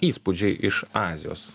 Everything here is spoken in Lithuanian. įspūdžiai iš azijos